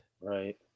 right